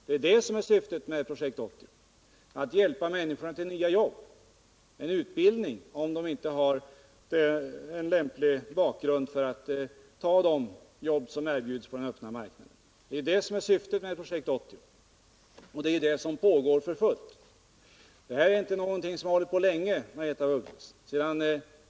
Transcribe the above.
Det är detta som är syftet med Projekt 80, att hjälpa människorna till nya jobb eller till utbildning, om de inte har en lämplig bakgrund för att ta de jobb som erbjuds på den öppna marknaden. Detta är syftet med Projekt 80, och det är detta som pågår för fullt. Arbetet har inte pågått länge, Margaretha af Ugglas.